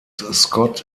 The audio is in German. scott